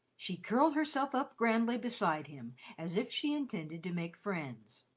she curled herself up grandly beside him as if she intended to make friends.